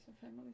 family